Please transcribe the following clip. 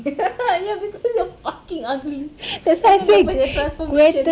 ya because you're fucking ugly and then dia punya transformation